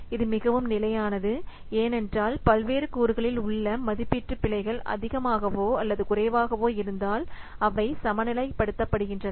இது மிகவும் நிலையானது ஏனென்றால் பல்வேறு கூறுகளில் உள்ள மதிப்பீட்டு பிழைகள் அதிகமாகவோ அல்லது குறைவாகவோ இருந்தால் அவை சமநிலைப்படுத்துகின்றன